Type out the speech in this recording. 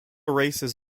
races